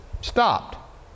stopped